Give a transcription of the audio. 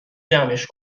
جمعش